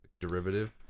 derivative